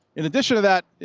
in addition to that,